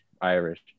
irish